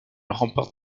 remporte